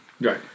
Right